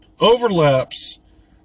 overlaps